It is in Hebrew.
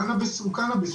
קנאביס הוא קנאביס,